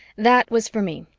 that was for me,